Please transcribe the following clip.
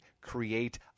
Create